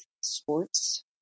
sports